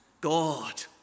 God